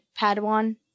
Padawan